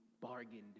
bargained